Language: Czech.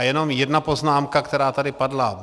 Jenom jedna poznámka, která tady padla.